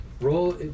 roll